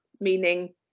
meaning